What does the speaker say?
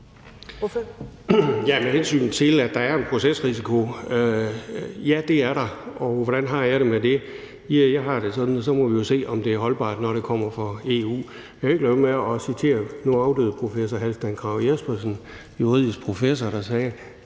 hensyn til at der er en procesrisiko, vil jeg sige: Ja, det er der. Og hvordan har jeg det med det? Ja, jeg har det sådan, at så må vi jo se, om det er holdbart, når det kommer for EU-Domstolen. Jeg kan ikke lade være med at citere nu afdøde juridisk professor Halfdan Krag Jespersen, der sagde: